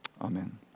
amen